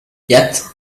yet